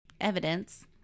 evidence